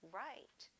right